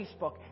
Facebook